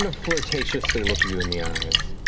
and flirtatiously look you in the eyes.